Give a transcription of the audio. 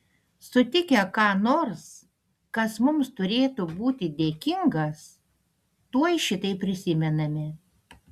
sutikę ką nors kas mums turėtų būti dėkingas tuoj šitai prisimename